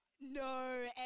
No